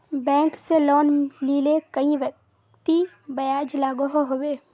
Bank से loan लिले कई व्यक्ति ब्याज लागोहो होबे?